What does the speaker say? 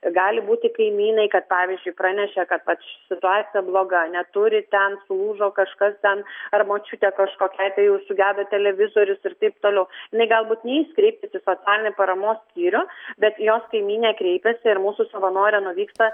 gali būti kaimynai kad pavyzdžiui pranešė kad vat situacija bloga neturi ten sulūžo kažkas ten ar močiutė kažkokiai tai jau sugedo televizorius ir taip toliau jinai galbūt neis kreiptis į socialinį paramos skyrių bet jos kaimynė kreipėsi ir mūsų savanorė nuvyksta